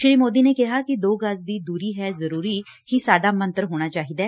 ਸ਼੍ਰੀ ਮੋਦੀ ਨੇ ਕਿਹਾ ਕਿ 'ਦੋ ਗਜ ਦੁਰੀ ਹੈ ਜਰੂਰੀ' ਹੀ ਸਾਡਾ ਮੰਤਰ ਹੋਣਾ ਚਾਹੀਦੈ